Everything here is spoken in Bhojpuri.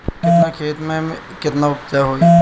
केतना खेत में में केतना उपज होई?